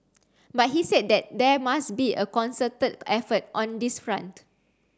but he said that there must be a concerted effort on this front